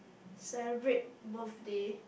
celebrate birthday